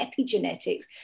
epigenetics